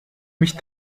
mich